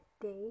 day